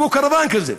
כמו קרוון כזה.